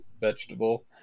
vegetable